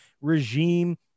regime